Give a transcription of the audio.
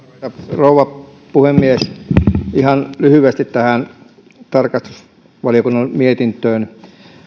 rouva puhemies ihan lyhyesti tähän tarkastusvaliokunnan mietintöön